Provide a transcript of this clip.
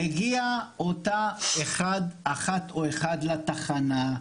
מגיע אותו אחד או אחת לתחנה.